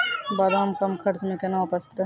बादाम कम खर्च मे कैना उपजते?